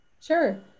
Sure